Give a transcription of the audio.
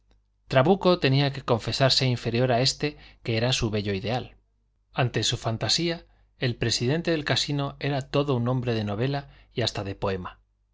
trabuco tenía que confesarse inferior a este que era su bello ideal ante su fantasía el presidente del casino era todo un hombre de novela y hasta de poema